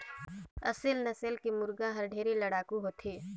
असेल नसल के मुरगा हर ढेरे लड़ाकू होथे